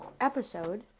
episode